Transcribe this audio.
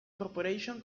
corporation